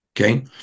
Okay